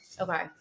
okay